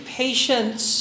patience